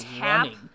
running